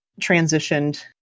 transitioned